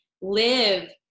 live